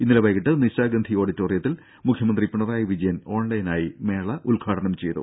ഇന്നലെ വൈകീട്ട് നിശാഗന്ധി ഓഡിറ്റോറിയത്തിൽ മുഖ്യമന്ത്രി പിണറായി വിജയൻ ഓൺലൈനായി മേള ഉദ്ഘാടനം ചെയ്തു